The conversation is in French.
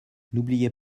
n’oubliez